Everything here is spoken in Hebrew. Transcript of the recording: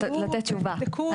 תודה רבה.